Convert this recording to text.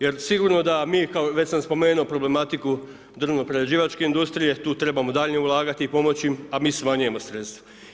Jer sigurno da mi kao, već sam spomenuo problematiku drvno prerađivačke industrije, tu trebamo daljnje ulagati i pomoći im, a mi smanjujemo sredstva.